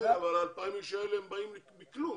אבל ה-2,000 האנשים האלה באים מכלום.